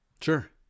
sure